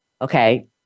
okay